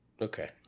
Okay